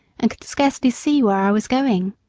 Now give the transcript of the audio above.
and could scarcely see where i was going.